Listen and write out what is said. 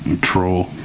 Troll